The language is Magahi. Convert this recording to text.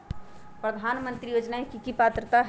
प्रधानमंत्री योजना के की की पात्रता है?